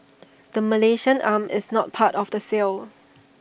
the Malaysian arm is not part of the sale